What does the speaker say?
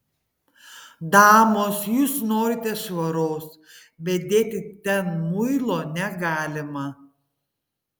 damos jūs norite švaros bet dėti ten muilo negalima